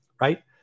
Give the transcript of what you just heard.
right